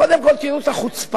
קודם כול, תראו את החוצפה,